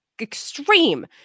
extreme